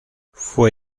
fue